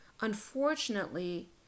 Unfortunately